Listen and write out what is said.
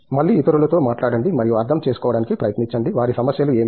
మళ్ళీ ఇతరులతో మాట్లాడండి మరియు అర్థం చేసుకోవడానికి ప్రయత్నించండి వారి సమస్యలు ఏమిటి